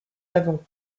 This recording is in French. avant